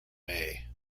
may